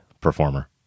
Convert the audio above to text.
performer